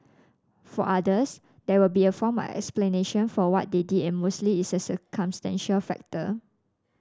for others there will be a form of explanation for what they did and mostly it's a circumstantial factor